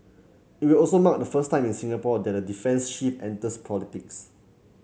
it will also mark the first time in Singapore that a defence chief enters politics